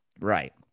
Right